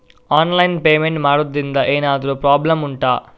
online payment ಮಾಡುದ್ರಿಂದ ಎಂತಾದ್ರೂ problem ಉಂಟಾ